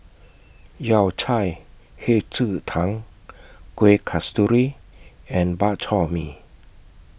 Yao Cai Hei Ji Tang Kuih Kasturi and Bak Chor Mee